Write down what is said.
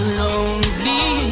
lonely